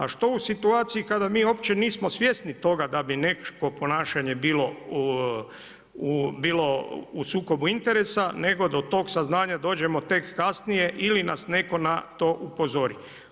A što u situaciji kada mi uopće nismo svjesni toga da bi neko ponašanje bilo u sukobu interesa nego da do tog saznanja dođemo tek kasnije ili nas netko na to upozori.